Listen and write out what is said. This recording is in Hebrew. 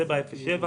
זה ב-0 7 קילומטרים.